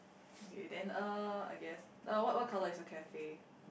okay then uh I guess the what what colour is your cafe